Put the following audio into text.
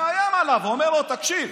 ומאיים עליו, אומר לו: תקשיב,